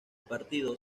partido